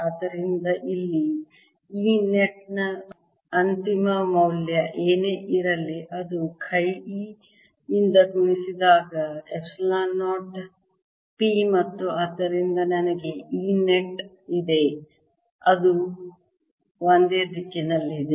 ಆದ್ದರಿಂದ ಇಲ್ಲಿ E net ನ ಅಂತಿಮ ಮೌಲ್ಯ ಏನೇ ಇರಲಿ ಅದು ಚಿ e ಯಿಂದ ಗುಣಿಸಿದಾಗ ಎಪ್ಸಿಲಾನ್ 0 P ಮತ್ತು ಆದ್ದರಿಂದ ನನಗೆ E ನೆಟ್ ಇದೆ ಅದು ಒಂದೇ ದಿಕ್ಕಿನಲ್ಲಿದೆ